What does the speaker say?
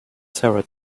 sarah